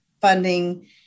funding